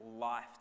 life